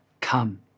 Come